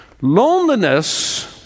Loneliness